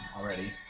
already